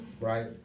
right